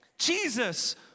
Jesus